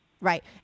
Right